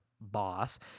boss